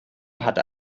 hatte